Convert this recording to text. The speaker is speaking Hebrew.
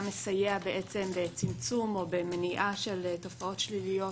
מסייע בצמצום או במניעה של תופעות שליליות,